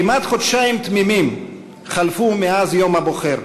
כמעט חודשיים תמימים חלפו מאז יום הבוחר,